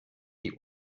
die